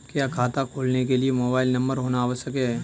क्या खाता खोलने के लिए मोबाइल नंबर होना आवश्यक है?